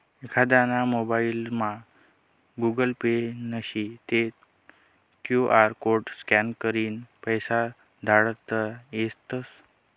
एखांदाना मोबाइलमा Google Pay नशी ते क्यु आर कोड स्कॅन करीन पैसा धाडता येतस